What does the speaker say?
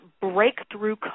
breakthrough